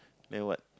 then what